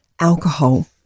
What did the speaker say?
alcohol